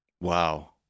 Wow